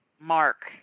Mark